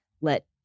let